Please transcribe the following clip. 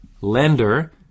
lender